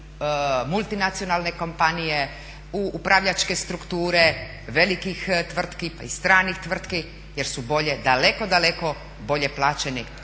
multinacionalne kompanije, u upravljačke strukture velikih tvrtki, pa i stranih tvrtki jer su bolje, daleko, daleko bolje plaćeni